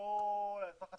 לא לאזרח הטכנולוגי,